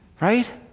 Right